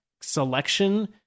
selection